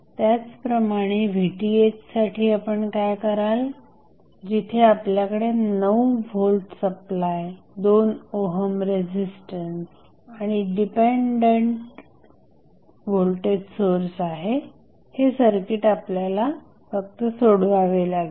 त्याचप्रमाणे Vth साठी आपण काय कराल जिथे आपल्याकडे 9 व्होल्ट सप्लाय 2 ओहम रेझिस्टन्स आणि डिपेंडंट होल्टेज सोर्स आहे हे सर्किट आपल्याला फक्त सोडवावे लागेल